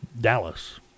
Dallas